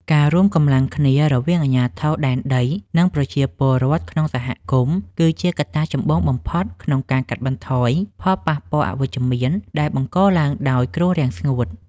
ការរួមកម្លាំងគ្នារវាងអាជ្ញាធរដែនដី និងប្រជាពលរដ្ឋក្នុងសហគមន៍ គឺជាកត្តាចម្បងបំផុតក្នុងការកាត់បន្ថយផលប៉ះពាល់អវិជ្ជមានដែលបង្កឡើងដោយគ្រោះរាំងស្ងួត។